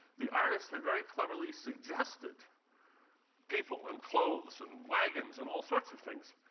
the artist had very cleverly suggested people and clothes and wagons and all sorts of things,